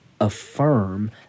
affirm